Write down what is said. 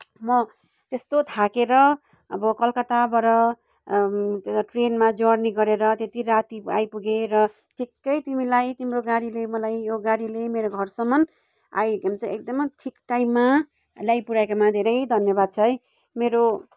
म त्यस्तो थाकेर अब कलकत्ताबाट ट्रेनमा जर्नी गरेर त्यति राति आइपुगे र ठिक्कै तिमीले तिम्रो गाडीले मलाई यो गाडीले मेरो घरसम्म आइ अन्त एकदमै ठिक टाइममा ल्याइ पुऱ्याएकोमा धेरै धन्यवाद छ है मेरो